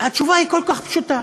התשובה היא כל כך פשוטה: